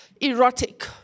erotic